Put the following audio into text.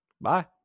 bye